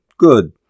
good